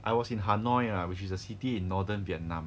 I was in hanoi lah which is a city in northern vietnam